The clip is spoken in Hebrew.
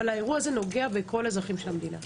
האירוע הזה נוגע בכל אזרחי המדינה.